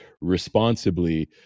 responsibly